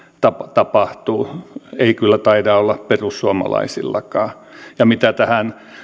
tapahtuu ei kyllä taida olla perussuomalaisillakaan ja mitä tähän